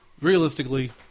realistically